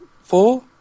four